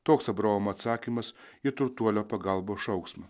toks abraomo atsakymas į turtuolio pagalbos šauksmą